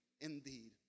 indeed